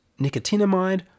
nicotinamide